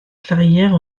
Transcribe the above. clairière